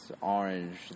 orange